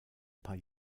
paar